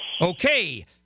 Okay